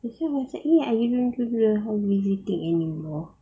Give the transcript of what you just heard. so basically to do the house visiting anymore